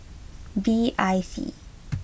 B I C